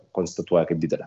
konstatuoja kaip didelę